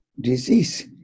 disease